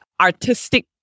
artistic